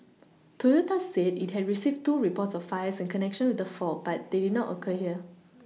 Toyota said it had received two reports of fires in connection with the fault but they did not occur here